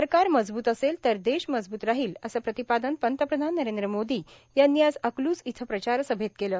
सरकार मजब्त असेल तर देश मजब्त राहील असं प्रतिपादन पंतप्रधान नरेंद्र मोदी यांनी आज अकलूज इथं प्रचार सभैत केलं